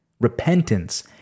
repentance